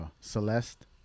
celeste